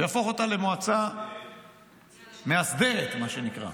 ויהפוך אותה למועצה מאסדרת, מה שנקרא.